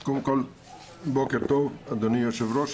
בוקר טוב, אדוני היושב-ראש.